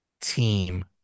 team